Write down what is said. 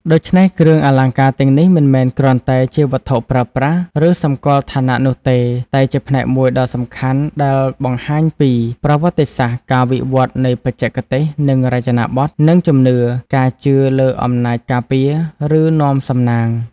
ដូច្នេះ គ្រឿងអលង្ការទាំងនេះមិនមែនគ្រាន់តែជាវត្ថុប្រើប្រាស់ ឬសម្គាល់ឋានៈនោះទេ តែជាផ្នែកមួយដ៏សំខាន់ដែលបង្ហាញពី ប្រវត្តិសាស្ត្រ (ការវិវត្តន៍នៃបច្ចេកទេស និងរចនាបថ) និង ជំនឿ (ការជឿលើអំណាចការពារ ឬនាំសំណាង)។